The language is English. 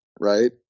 right